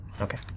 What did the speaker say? okay